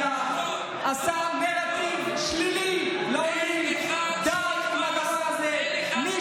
אני 23 שנים נשוי, ולאשתי אין דרכון צרפתי, והכול